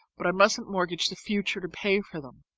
but i mustn't mortgage the future to pay for them.